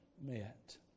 met